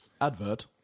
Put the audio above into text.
Advert